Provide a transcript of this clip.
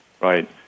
right